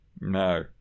no